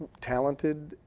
talented,